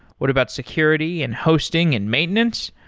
what about security and hosting and maintenance?